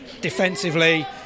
defensively